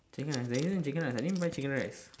chicken rice there isn't chicken rice I didn't buy chicken rice